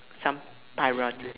some